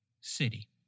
City